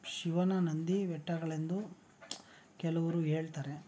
ಶಿವನ ನಂದಿ ಬೆಟ್ಟಗಳೆಂದು ಕೆಲವರು ಹೇಳ್ತಾರೆ